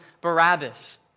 Barabbas